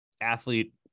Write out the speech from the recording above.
athlete